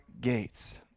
gates